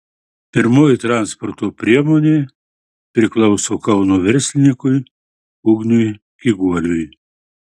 pirmoji transporto priemonė priklauso kauno verslininkui ugniui kiguoliui